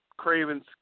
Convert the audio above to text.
Cravens